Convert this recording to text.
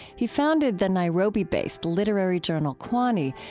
he founded the nairobi-based literary journal kwani?